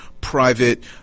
private